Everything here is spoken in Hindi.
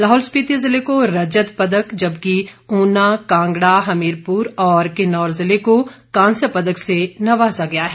लाहौल स्पीति जिले को रजत पदक जबकि ऊना कांगड़ा हमीरपुर और किन्नौर ज़िले को कास्य पदक से नवाजा गया है